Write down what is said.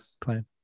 plan